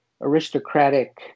aristocratic